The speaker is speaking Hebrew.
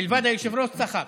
מלבד היושב-ראש, צחק.